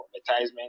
advertisement